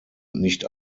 nicht